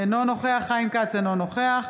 אינו נוכח חיים כץ, אינו נוכח